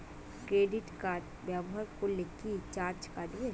Credit card ব্যাবহার করলে কি চার্জ কাটবে?